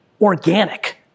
organic